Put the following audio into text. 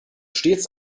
stets